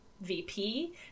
VP